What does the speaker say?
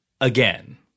Again